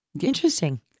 Interesting